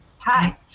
Hi